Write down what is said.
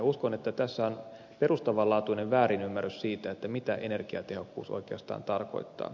uskon että tässä on perustavanlaatuinen väärinymmärrys siitä mitä energiatehokkuus oikeastaan tarkoittaa